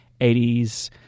80s